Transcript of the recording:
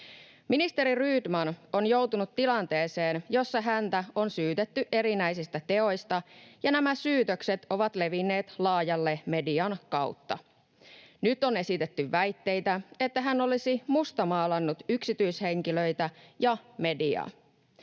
Ministeri Rydman on joutunut tilanteeseen, jossa häntä on syytetty erinäisistä teoista, ja nämä syytökset ovat levinneet laajalle median kautta. Nyt on esitetty väitteitä, että hän olisi mustamaalannut yksityishenkilöitä ja mediaa.